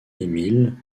emile